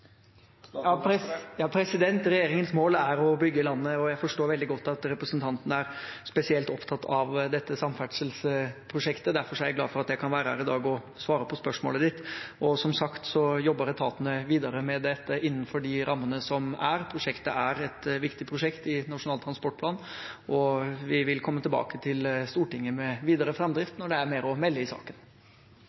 og jeg forstår veldig godt at representanten er spesielt opptatt av dette samferdselsprosjektet. Derfor er jeg glad for at jeg kan være her i dag og svare på spørsmålet hans. Som sagt jobber etatene videre med dette innenfor de rammene som er. Prosjektet er et viktig prosjekt i Nasjonal transportplan, og vi vil komme tilbake til Stortinget med videre framdrift når det er mer å melde i saken.